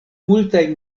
multaj